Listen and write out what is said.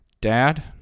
dad